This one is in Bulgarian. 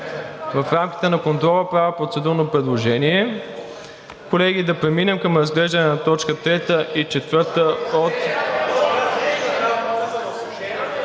в рамките на контрола правя процедурно предложение, колеги, да преминем към разглеждане на т. 3 и 4 от…